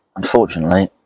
Unfortunately